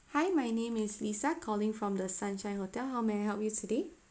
hi my name is lisa calling from the sunshine hotel how may I help you today